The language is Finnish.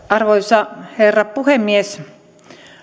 arvoisa herra puhemies